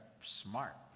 smart